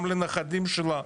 גם לנכדים שלה,